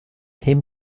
him